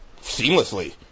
seamlessly